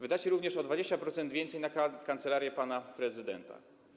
Wydacie również o 20% więcej na kancelarię pana prezydenta.